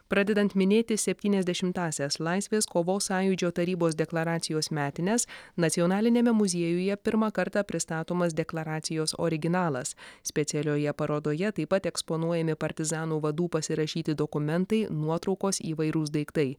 pradedant minėti septyniasdešimtąsias laisvės kovos sąjūdžio tarybos deklaracijos metines nacionaliniame muziejuje pirmą kartą pristatomas deklaracijos originalas specialioje parodoje taip pat eksponuojami partizanų vadų pasirašyti dokumentai nuotraukos įvairūs daiktai